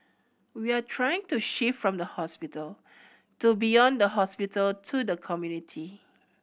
we are trying to shift from the hospital to beyond the hospital to the community